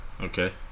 Okay